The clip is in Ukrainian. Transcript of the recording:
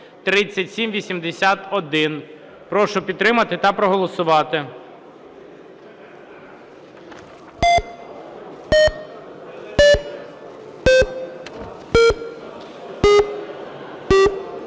Прошу підтримати та проголосувати.